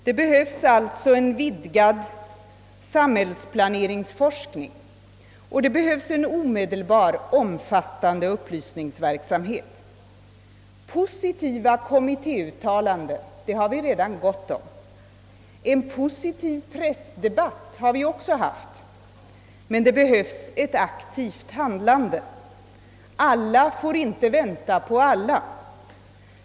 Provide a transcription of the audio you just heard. Det behövs alltså en vidgad samhällsplaneringsforskning, och det behövs en omedelbar omfattande upplysningsverksamhet. Positiva kommittéuttalanden har vi redan gott om. En positiv pressdebatt har vi också haft. Men det behövs ett aktivt handlande. Alla får inte vänta på alla.